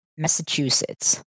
Massachusetts